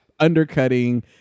undercutting